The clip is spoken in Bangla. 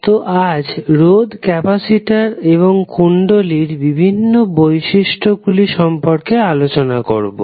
তো আজ রোধ ক্যাপাসিটর এবং কুণ্ডলী এর বিভিন্ন বিশিষ্ট গুলি সম্পর্কে আলোচনা করবো